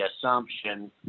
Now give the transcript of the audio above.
assumption